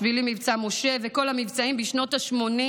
בשבילי מבצע משה וכל המבצעים בשנות השמונים